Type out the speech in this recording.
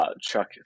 Chuck